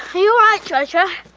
you are joshua,